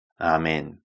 Amen